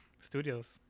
studios